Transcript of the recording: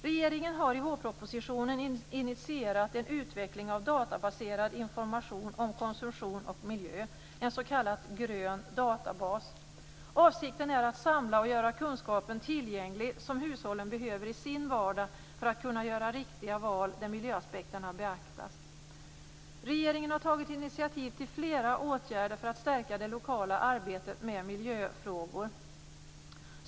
Regeringen har i vårpropositionen initierat en utveckling av databaserad information om konsumtion och miljö, en s.k. grön databas. Avsikten är att samla in den kunskap som hushållen behöver i sin vardag för att kunna göra riktiga val där miljöaspekterna beaktas och att göra den kunskapen tillgänglig. Regeringen har tagit initiativ till flera åtgärder för att stärka det lokala arbetet med miljöfrågor.